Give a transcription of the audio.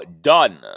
done